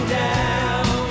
down